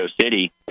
City